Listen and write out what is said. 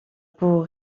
pour